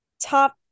top